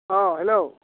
अ हेल'